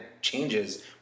changes